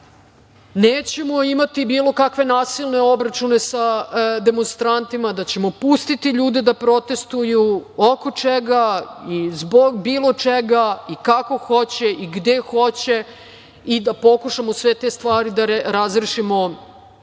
nećemo imati bilo kakve nasilne obračune sa demonstrantima, da ćemo pustiti ljude da protestuju, oko čega, bilo čega, i kako hoće, i gde hoće, i da pokušamo da sve te stvari razrešimo